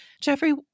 Jeffrey